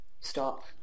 stop